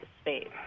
space